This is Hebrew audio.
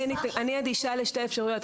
אני אדישה לשתי האפשרויות.